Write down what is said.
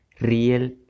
real